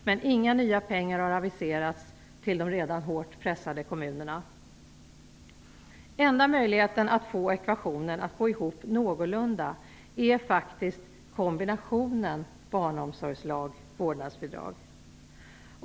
Men inga nya pengar har aviserats till de redan hårt pressade kommunerna. Den enda möjligheten att få ekvationen att gå ihop någorlunda är faktiskt kombinationen barnomsorgslag-vårdnadsbidrag.